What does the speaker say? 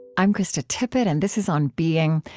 i'm krista tippett, and this is on being.